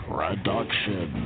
Production